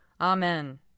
Amen